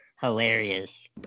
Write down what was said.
hilarious